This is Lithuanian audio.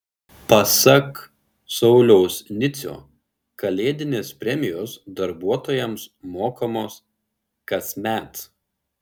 pasak sauliaus nicio kalėdinės premijos darbuotojams mokamos kasmet